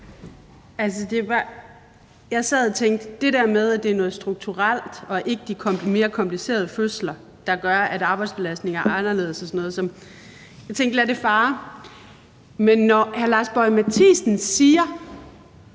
Lad det fare, altså det der med, at det er noget strukturelt og ikke de mere komplicerede fødsler, der gør, at arbejdsbelastningen er anderledes og sådan noget. Men når hr. Lars Boje Mathiesen siger,